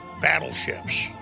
battleships